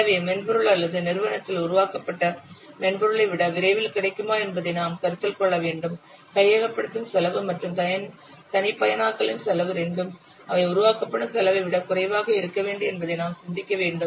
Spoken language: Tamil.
எனவே மென்பொருள் அல்லது நிறுவனத்தில் உருவாக்கப்பட்ட மென்பொருளை விட விரைவில் கிடைக்குமா என்பதை நாம் கருத்தில் கொள்ள வேண்டும் கையகப்படுத்தும் செலவு மற்றும் தனிப்பயனாக்கலின் செலவு இரண்டும் அவை உருவாக்கப்படும் செலவை விட குறைவாக இருக்க வேண்டும் என்பதை நாம் சிந்திக்க வேண்டும்